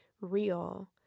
real